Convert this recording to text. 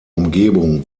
umgebung